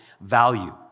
value